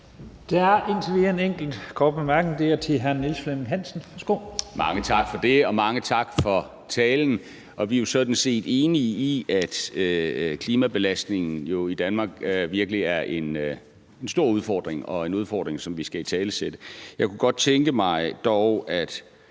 bemærkning til hr. Niels Flemming Hansen. Værsgo. Kl. 11:36 Niels Flemming Hansen (KF): Mange tak for det, og mange tak for talen. Vi er sådan set enige i, at klimabelastningen i Danmark jo virkelig er en stor udfordring og en udfordring, som vi skal italesætte. Jeg kunne dog godt tænke mig at